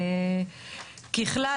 ככלל,